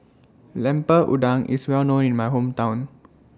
Lemper Udang IS Well known in My Hometown